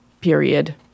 Period